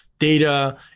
Data